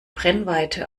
brennweite